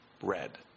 red